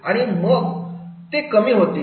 आणि मग कमी होतील